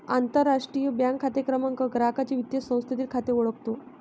आंतरराष्ट्रीय बँक खाते क्रमांक ग्राहकाचे वित्तीय संस्थेतील खाते ओळखतो